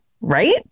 right